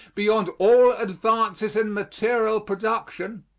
beyond all advances in material production,